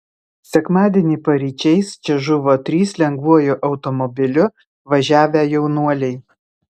sekmadienį paryčiais čia žuvo trys lengvuoju automobiliu važiavę jaunuoliai